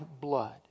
blood